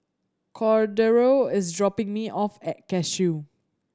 Cordero is dropping me off at Cashew